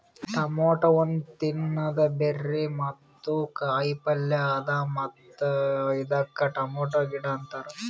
tomato ಒಂದ್ ತಿನ್ನದ berry ಮತ್ತ ಕಾಯಿ ಪಲ್ಯ ಅದಾ ಮತ್ತ ಇದಕ್ ಟೊಮೇಟೊ ಗಿಡ ಅಂತಾರ್